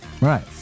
Right